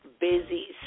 busy